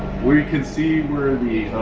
can see where the.